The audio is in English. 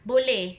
boleh